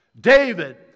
David